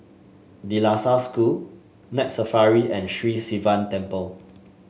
De La Salle School Night Safari and Sri Sivan Temple